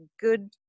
good